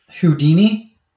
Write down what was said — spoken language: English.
houdini